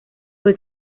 fue